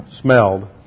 smelled